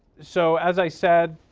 so as i said,